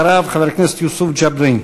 אחריו, חבר הכנסת יוסף ג'בארין.